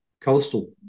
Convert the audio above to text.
coastal